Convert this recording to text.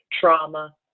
trauma